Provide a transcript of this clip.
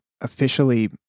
officially